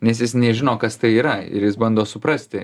nes jis nežino kas tai yra ir jis bando suprasti